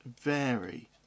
vary